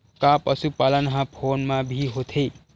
का पशुपालन ह फोन म भी होथे?